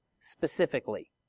specifically